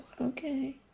Okay